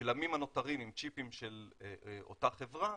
הגלמים הנותרים עם צ'יפים של אותה חברה,